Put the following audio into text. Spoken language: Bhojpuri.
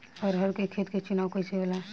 अरहर के खेत के चुनाव कइसे होला?